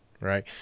Right